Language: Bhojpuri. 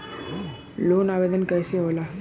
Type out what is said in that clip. लोन आवेदन कैसे होला?